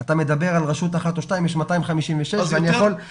אתה מדבר על רשות אחת או שתיים אבל יש 256 רשויות ואני יכול